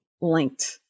linked